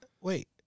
Wait